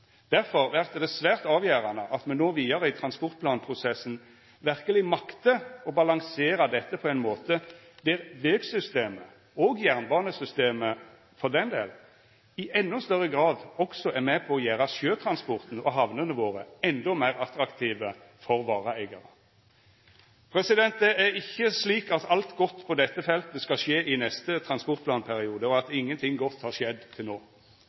Derfor vert det svært avgjerande at me no vidare i transportplanprosessen verkeleg maktar å balansera dette på ein måte der vegsystemet – og jernbanesystemet, for den del – i endå større grad også er med på å gjera sjøtransporten og hamnene våre endå meir attraktive for vareeigarar. Det er ikkje slik at alt godt på dette feltet skal skje i neste transportplanperiode, og at ingenting godt har skjedd til no.